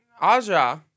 Aja